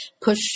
push